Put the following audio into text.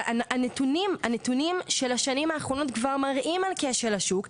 אבל הנתונים של השנים האחרונות כבר מראים על כשל השוק.